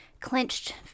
clenched